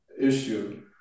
issue